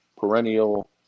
perennial